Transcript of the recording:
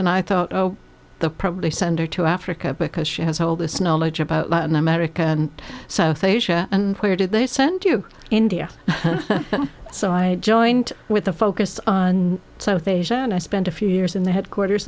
and i thought oh probably send her to africa because she has all this knowledge about latin america and south asia and where did they send you india so i joined with a focus on south asia and i spent a few years in the headquarters